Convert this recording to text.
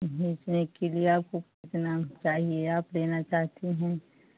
बेचने के लिए आपको कितना चाहिए आप लेना चाहती हैं